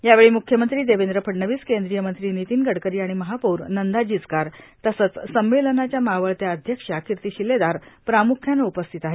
यावेळी म्ख्यमंत्री देवेंद्र फडणवीस केंद्रीय मंत्री नितीन गडकरी आणि महापौर नंदा जिचकार तसंच संमेलनाच्या मावळत्या अध्यक्षा किर्ती शिलेदार प्राम्ख्यानं उपस्थित आहेत